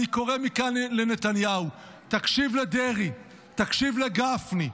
אני קורא מכאן לנתניהו: תקשיב לדרעי, תקשיב לגפני.